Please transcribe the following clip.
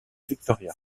victoria